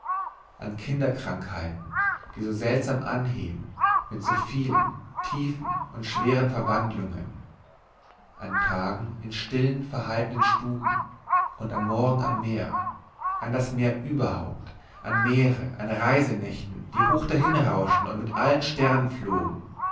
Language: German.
an kinderkrankheiten die so seltsam anheben mit so vielen tiefen und schweren verwandlungen an tage in stillen verhaltenen stuben und an morgen am meer an das meer überhaupt an meere an reisenächte die hoch dahinrauschten und mit allen sternen flogen